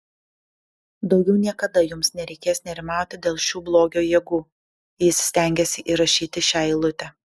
daugiau niekada jums nereikės nerimauti dėl šių blogio jėgų jis stengėsi įrašyti šią eilutę